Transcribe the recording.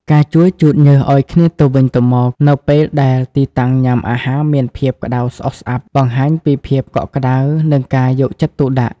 ការជួយជូតញើសឱ្យគ្នាទៅវិញទៅមក នៅពេលដែលទីតាំងញ៉ាំអាហារមានភាពក្ដៅស្អុះស្អាប់ បង្ហាញពីភាពកក់ក្ដៅ និងការយកចិត្តទុកដាក់។